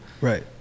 Right